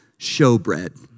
showbread